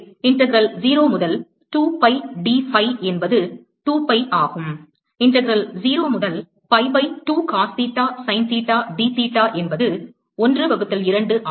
எனவே இன்டெக்கிரல் 0 முதல் 2 pi d phi என்பது 2 pi ஆகும் இன்டெக்கிரல் 0 முதல் pi by 2 Cos theta Sin theta d theta என்பது 1 வகுத்தல் 2 ஆகும்